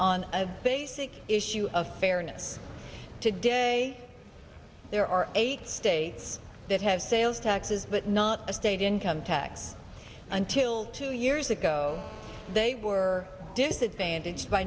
a basic issue of fairness today there are eight states that have sales taxes but not a state income tax until two years ago they were disadvantaged by